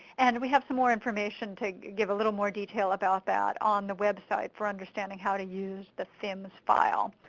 and we have some more information to give a little more detail about that on the website for understanding how to use the fims file.